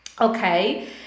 Okay